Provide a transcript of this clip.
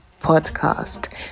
podcast